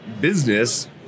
business